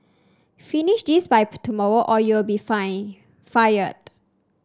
finish this by tomorrow or you'll be fine fired